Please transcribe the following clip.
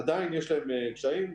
עדיין יש להן קשיים.